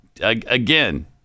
again